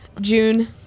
June